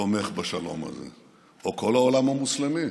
תומך בשלום הזה, או כל העולם המוסלמי.